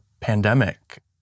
pandemic